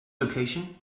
location